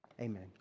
amen